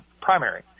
primary